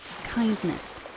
kindness